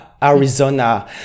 Arizona